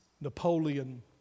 Napoleon